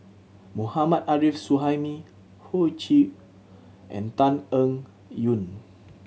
Mohammad Arif Suhaimi Hoey Choo and Tan Eng Yoon